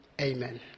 Amen